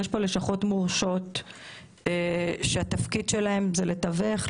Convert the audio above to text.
יש פה לשכות מורשות שהתפקיד שלהם זה לתווך,